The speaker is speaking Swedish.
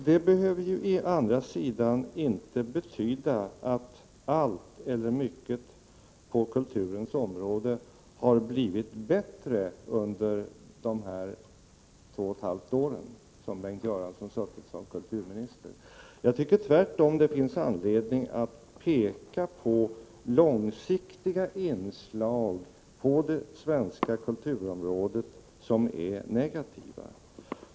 Detta behöver å andra sidan inte betyda att allt eller mycket på kulturens område har blivit bättre under de två och ett halvt år som Bengt Göransson har suttit som kulturminister. Jag tycker tvärtom att det finns anledning att peka på långvariga inslag i det svenska kulturlivet som är negativa.